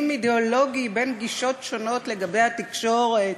אידיאולוגי בין גישות שונות לגבי התקשורת.